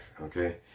Okay